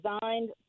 designed